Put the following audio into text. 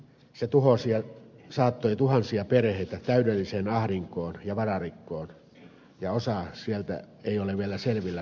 se tuhosi ja saattoi tuhansia perheitä täydelliseen ahdinkoon ja vararikkoon ja osa sieltä ei ole vielä selvillä nytkään